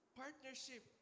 partnership